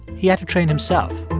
he had to train himself.